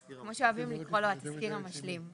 כמו שאוהבים לקרוא לו התזכיר המשלים,